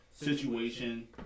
situation